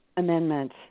Amendment